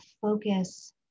focus